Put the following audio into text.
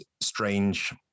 strange